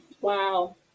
Wow